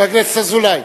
חבר הכנסת אזולאי.